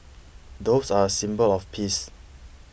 doves are a symbol of peace